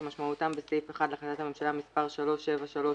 - כמשמעותם בסעיף 1 להחלטת הממשלה מס' 3738,